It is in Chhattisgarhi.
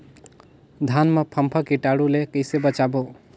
धान मां फम्फा कीटाणु ले कइसे बचाबो?